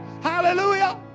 Hallelujah